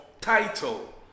title